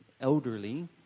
elderly